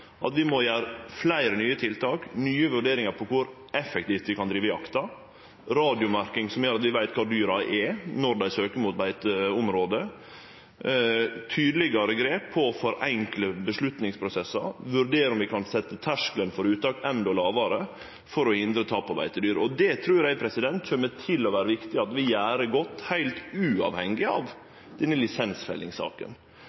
at vi må setje inn fleire nye tiltak og gjere nye vurderingar av kor effektivt vi kan drive jakta, radiomerking som gjer at vi veit kvar dyra er når dei søkjer mot beiteområde, tydelegare grep for å forenkle avgjerdsprosessar og vurdere om vi kan setje terskelen for uttak endå lågare for å hindre tap av beitedyr. Det trur eg kjem til å vere viktig at vi gjer godt, heilt uavhengig